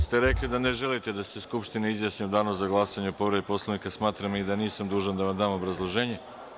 Pošto ste rekli da ne želite da se Skupština izjasni u danu za glasanje o povredi Poslovnika, smatram i da nisam dužan da vam dam obrazloženje.